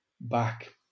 back